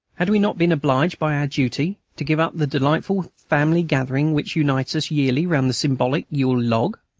had we not been obliged by our duty to give up the delightful family gathering which reunites us yearly around the symbolic yule-log?